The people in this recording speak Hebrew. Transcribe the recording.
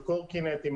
של קורקינטים,